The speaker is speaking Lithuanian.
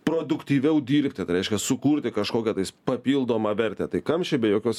produktyviau dirbti tai reiškia sukurti kažkokią tais papildomą vertę tai kamščiai be jokios